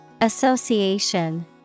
Association